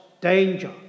danger